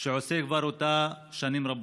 שהוא עושה אותה כבר שנים רבות.